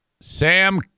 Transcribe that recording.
Sam